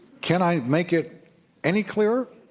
can i make it any clearer?